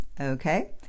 Okay